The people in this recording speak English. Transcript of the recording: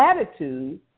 attitude